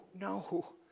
no